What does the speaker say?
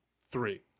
three